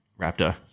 Raptor